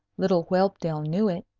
little whelpdale knew it,